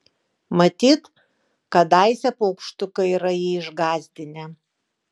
matyt kadaise paukštukai yra jį išgąsdinę